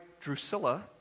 Drusilla